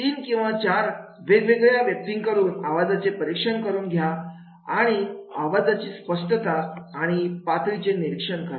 तीन किंवा चार वेगवेगळ्या व्यक्तींकडून आवाजाचे परीक्षण करून घ्या आणि आवाजाची स्पष्टता आणि पातळीचे निरीक्षण करा